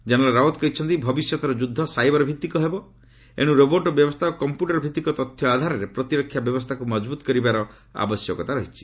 general Rawat କହିଛନ୍ତି ଭବିଷ୍ୟତର ଯୁଦ୍ଧ ସାଇବର ଭିତ୍ତିକ ହେବ ଏଣୁ ରୋବର୍ଟ ବ୍ୟବସ୍ଥା ଓ କମ୍ପ୍ୟୁଟର ଭିତ୍ତିକ ତଥ୍ୟ ଆଧାରରେ ପ୍ରତିରକ୍ଷା ବ୍ୟବସ୍ଥାକୁ ମଚ୍ଚଭୁତ କରିବାର ଆବଶ୍ୟକତା ରହିଛି